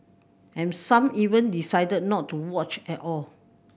and some even decided not to watch at all